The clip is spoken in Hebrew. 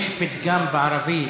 יש פתגם בערבית,